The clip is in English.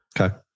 Okay